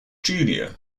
junior